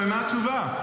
זה שאלה טובה, ומה התשובה?